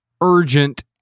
urgent